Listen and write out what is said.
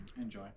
Enjoy